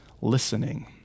listening